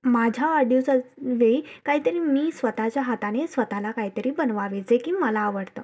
माझ्या वाढदिवसावेळी काहीतरी मी स्वतःच्या हाताने स्वतःला काहीतरी बनवावे जे की मला आवडतं